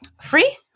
free